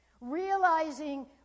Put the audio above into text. realizing